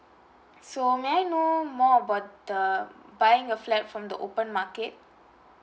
so may I know more about the buying a flat from the open market